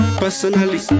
personally